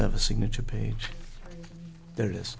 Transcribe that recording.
to have a signature page there